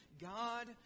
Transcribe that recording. God